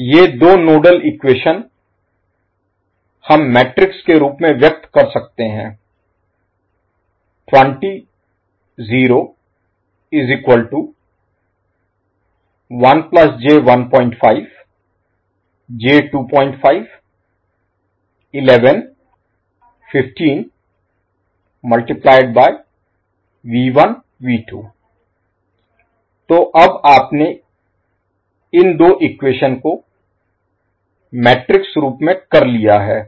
ये दो nodal equation हम मैट्रिक्स के रूप में व्यक्त कर सकते हैं तो अब आपने इन दो इक्वेशन को मैट्रिक्स रूप में कर लिया है